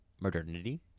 modernity